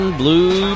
blue